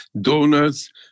donors